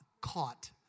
caught